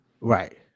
Right